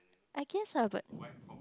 I guess ah but